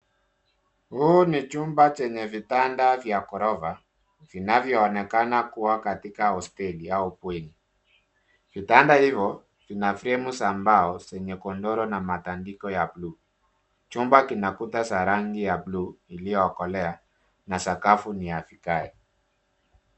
Huu ni chumba chenye vitanda vya ghorofa vinavyoonekana kuwa katika hosteli au bweni. vitanda hivyo vina fremu za mbao zenye godoro na matandiko ya bluu. Chumba kina kuta za rangi ya bluu iliyokolea na sakafu ni ya vigae.